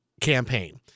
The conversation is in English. campaign